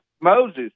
Moses